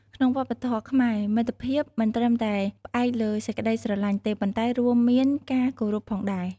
ក្នុងវប្បធម៌ខ្មែរ មិត្តភាពមិនត្រឹមតែផ្អែកលើសេចក្ដីស្រឡាញ់ទេ ប៉ុន្តែរួមមានការគោរពផងដែរ។